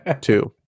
Two